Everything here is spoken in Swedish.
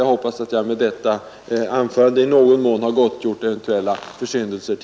Jag hoppas genom detta korta inlägg i någon mån ha gottgjort